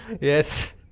yes